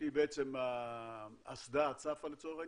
שהיא בעצם האסדה הצפה לצורך העניין,